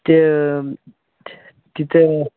ते तिथे